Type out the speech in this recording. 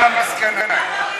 כן, מה המסקנה?